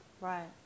Right